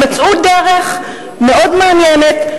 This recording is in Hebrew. הם מצאו דרך מאוד מעניינת,